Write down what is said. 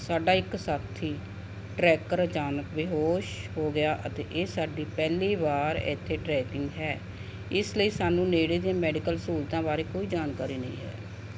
ਸਾਡਾ ਇੱਕ ਸਾਥੀ ਟ੍ਰੈਕਰ ਅਚਾਨਕ ਬੇਹੋਸ਼ ਹੋ ਗਿਆ ਅਤੇ ਇਹ ਸਾਡੀ ਪਹਿਲੀ ਵਾਰ ਇੱਥੇ ਟ੍ਰੈਕਿੰਗ ਹੈ ਇਸ ਲਈ ਸਾਨੂੰ ਨੇੜੇ ਦੇ ਮੈਡੀਕਲ ਸਹੂਲਤਾਂ ਬਾਰੇ ਕੋਈ ਜਾਣਕਾਰੀ ਨਹੀਂ ਹੈ